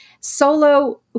solo